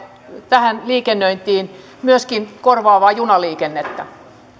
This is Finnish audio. tähän liikennöintiin myöskin korvaavaa junaliikennettä